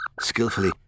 skillfully